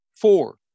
Four